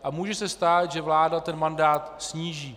A může se stát, že vláda ten mandát sníží.